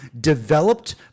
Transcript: developed